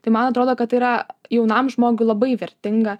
tai man atrodo kad tai yra jaunam žmogui labai vertinga